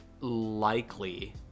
likely